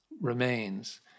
remains